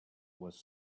was